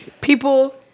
people